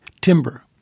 Timber